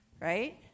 Right